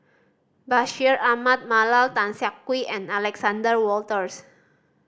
Bashir Ahmad Mallal Tan Siak Kew and Alexander Wolters